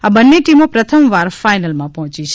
આ બંને ટીમો પ્રથમવાર ફાઈનલમાં પર્હોચી છે